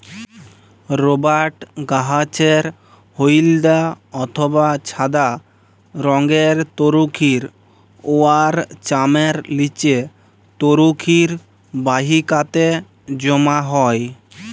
রবাট গাহাচের হইলদ্যা অথবা ছাদা রংয়ের তরুখির উয়ার চামের লিচে তরুখির বাহিকাতে জ্যমা হ্যয়